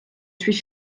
suis